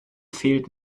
fehlt